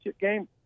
game